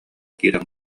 киирэн